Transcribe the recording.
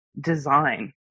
design